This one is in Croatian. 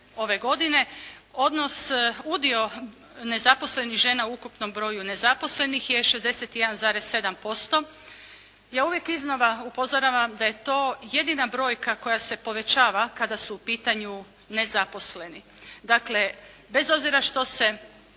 ove godine, odnos, udio nezaposlenih žena u ukupnom broju nezaposlenih je 61,7%. Ja uvijek iznova upozoravam da je to jedina brojka koja se povećava kada su u pitanju nezaposleni. Dakle, bez obzira što se